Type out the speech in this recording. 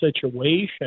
situation